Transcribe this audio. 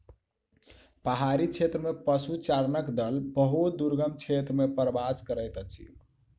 पहाड़ी क्षेत्र में पशुचारणक दल बहुत दुर्गम क्षेत्र में प्रवास करैत अछि